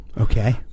Okay